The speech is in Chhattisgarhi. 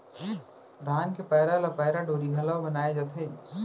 धान के पैरा ले पैरा डोरी घलौ बनाए जाथे